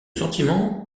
sentiment